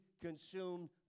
consumed